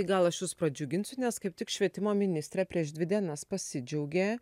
tai gal aš jus pradžiuginsiu nes kaip tik švietimo ministrė prieš dvi dienas pasidžiaugė